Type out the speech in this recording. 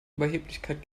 überheblichkeit